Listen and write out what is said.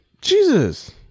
Jesus